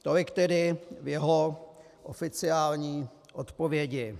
Tolik tedy v jeho oficiální odpovědi.